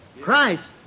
Christ